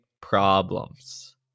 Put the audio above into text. problems